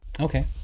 Okay